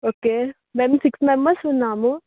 okay మేము six members ఉన్నాము